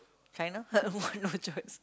China why no choice